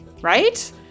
Right